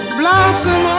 blossom